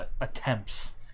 attempts